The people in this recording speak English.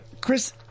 Chris